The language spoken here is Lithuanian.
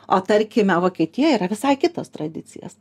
o tarkime vokietijoj yra visai kitos tradicijos